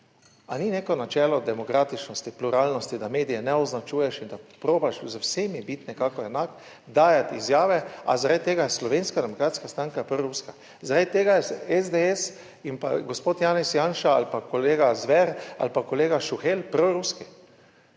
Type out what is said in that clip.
Ali ni neko načelo demokratičnosti, pluralnosti, da medije ne označuješ in da probaš z vsemi biti nekako enak, dajati izjave, a zaradi tega je Slovenska demokratska stranka proruska? Zaradi tega je SDS in pa gospod Janez Janša ali pa kolega Zver ali pa kolega Šuhelj proruski?